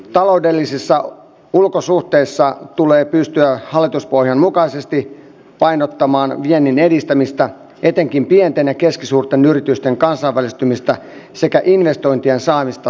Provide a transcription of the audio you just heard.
taloudellisissa ulkosuhteissa tulee pystyä hallituspohjan mukaisesti painottamaan viennin edistämistä etenkin pienten ja keskisuurten yritysten kansainvälistymistä sekä investointien saamista suomeen